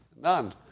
none